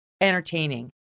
entertaining